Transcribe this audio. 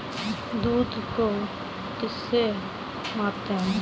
दूध को किस से मापते हैं?